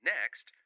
Next